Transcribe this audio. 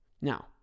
Now